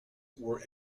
were